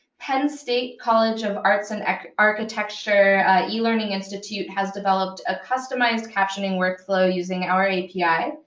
penn state college of arts and architecture elearning institute has developed a customized captioning workflow using our api,